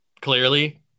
clearly